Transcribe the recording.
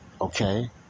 Okay